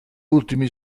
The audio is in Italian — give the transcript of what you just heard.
ultimi